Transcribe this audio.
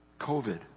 COVID